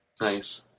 Nice